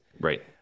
right